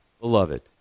Beloved